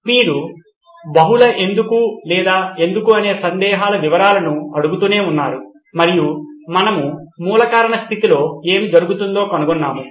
మీరు బహుళ ఎందుకు లేదా ఎందుకు అనే సందేహాల వివరాలును అడుగుతూనే ఉన్నారు మరియు మనము మూల కారణ స్థాయిలో ఏమి జరుగుతుందో కనుగొన్నాము